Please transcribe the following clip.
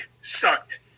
sucked